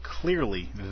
clearly